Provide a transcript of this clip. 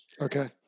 Okay